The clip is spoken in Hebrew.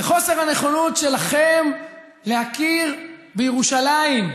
וחוסר הנכונות שלכם להכיר בירושלים,